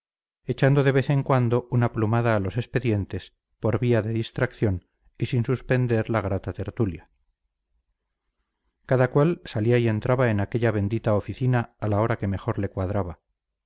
echando de vez en cuando una plumada a los expedientes por vía de distracción y sin suspender la grata tertulia cada cual salía y entraba en aquella bendita oficina a la hora que mejor le cuadraba